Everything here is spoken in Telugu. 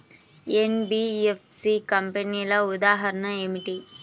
ఎన్.బీ.ఎఫ్.సి కంపెనీల ఉదాహరణ ఏమిటి?